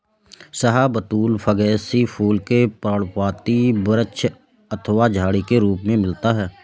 शाहबलूत फैगेसी कुल के पर्णपाती वृक्ष अथवा झाड़ी के रूप में मिलता है